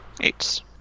Eight